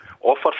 offer